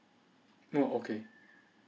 oh okay